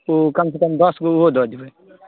ओ कम से कम दसगो ओहो दऽ देबै